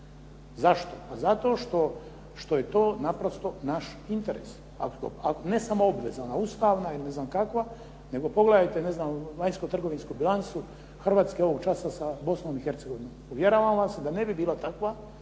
Zašto? Zato što je to naprosto naš interes, ne samo obveza ustavna ili ne znam kakva. Nego pogledajte vanjsko-trgovinsku bilancu Hrvatske ovog časa sa Bosnom i Hercegovinom. Uvjeravam vas da ne bi bila takva.